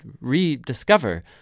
rediscover